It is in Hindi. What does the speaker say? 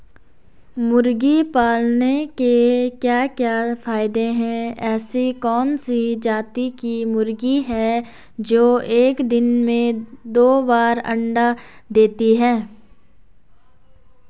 मुर्गी पालन के क्या क्या फायदे हैं ऐसी कौन सी जाती की मुर्गी है जो एक दिन में दो बार अंडा देती है?